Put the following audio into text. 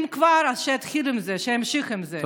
אם כבר, אז שיתחיל עם זה, שימשיך עם זה.